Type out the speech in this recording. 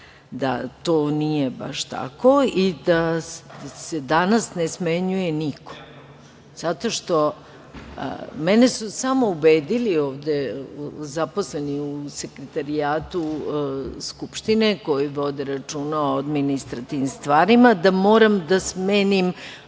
da to nije baš tako i da se danas ne smenjuje niko zato što mene su samo ubedili ovde zaposleni u Sekretarijatu Skupštine, koji vode računa o administrativnim stvarima, da moram da smenim